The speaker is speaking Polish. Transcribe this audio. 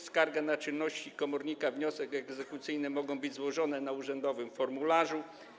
Skarga na czynności komornika i wniosek egzekucyjny mogą być złożone na urzędowym formularzu.